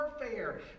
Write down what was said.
warfare